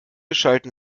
schalten